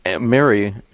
Mary